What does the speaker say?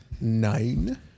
Nine